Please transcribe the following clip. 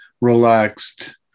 relaxed